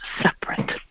separate